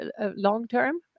long-term